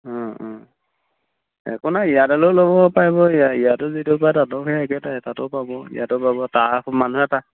একো নাই ইয়াৰডালো ল'ব পাৰিব ইয়াতো যিটো পা তাতো সেই একেতাই তাতো পাব ইয়াতো পাব তাৰ মানুহে তাহ